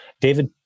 David